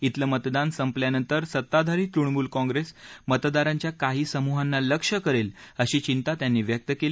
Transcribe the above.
इथलं मतदान संपल्यानंतर सत्ताधारी तृणमूल काँप्रेस मतदारांच्या काही समूहांना लक्ष्य करेल अशी चिंता त्यांनी व्यक्त केली